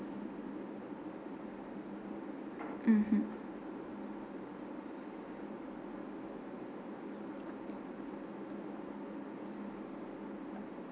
mmhmm